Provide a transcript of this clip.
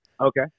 Okay